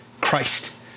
Christ